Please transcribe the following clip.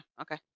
okay